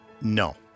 No